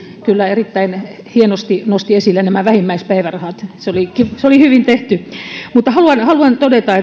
kyllä erittäin hienosti nosti esille nämä vähimmäispäivärahat se oli hyvin tehty mutta haluan haluan todeta